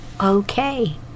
okay